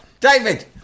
David